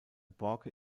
borke